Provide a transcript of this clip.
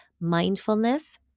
Mindfulness